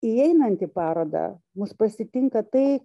įeinant į parodą mus pasitinka tai